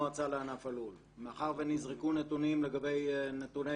מאחר ונזרקו נתונים לגבי נתוני